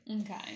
okay